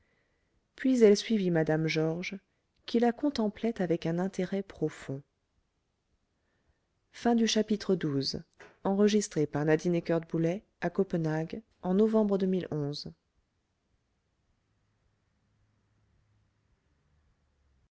puis elle suivit mme georges qui la contemplait avec un intérêt profond